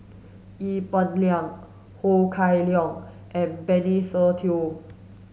Ee Peng Liang Ho Kah Leong and Benny Se Teo